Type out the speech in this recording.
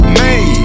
made